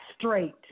straight